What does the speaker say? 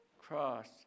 cross